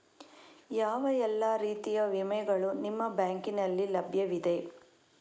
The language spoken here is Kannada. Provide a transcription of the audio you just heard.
ಯಾವ ಎಲ್ಲ ರೀತಿಯ ವಿಮೆಗಳು ನಿಮ್ಮ ಬ್ಯಾಂಕಿನಲ್ಲಿ ಲಭ್ಯವಿದೆ?